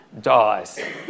dies